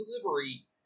delivery